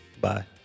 Bye